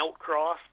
outcross